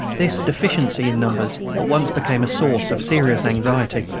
this deficiency in numbers at once became a source of serious anxiety.